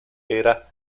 era